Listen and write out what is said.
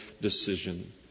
decision